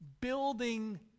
building